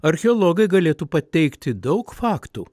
archeologai galėtų pateikti daug faktų